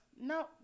No